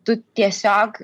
tu tiesiog